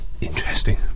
interesting